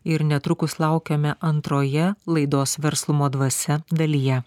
ir netrukus laukiame antroje laidos verslumo dvasia dalyje